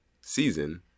Season